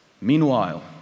Meanwhile